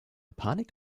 panik